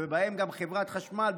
ובהן גם חברת החשמל,